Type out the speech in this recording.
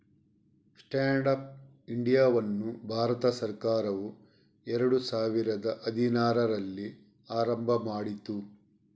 stand up ಇಂಡಿಯಾವನ್ನು ಭಾರತ ಸರ್ಕಾರವು ಎರಡು ಸಾವಿರದ ಹದಿನಾರರಲ್ಲಿ ಆರಂಭ ಮಾಡಿತು